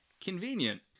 Convenient